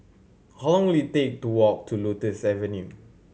how long will it take to walk to Lotus Avenue